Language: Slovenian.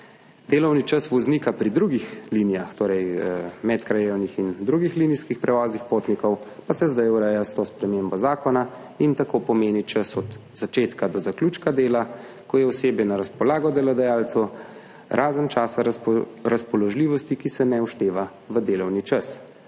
čas voznika pri drugih linijah, torej medkrajevnih in drugih linijskih prevozih potnikov, pa se sedaj ureja s to spremembo zakona in tako pomeni čas od začetka do zaključka dela, ko je osebje na razpolago delodajalcu, razen časa razpoložljivosti, ki se ne šteje v delovni čas.